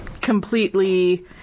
completely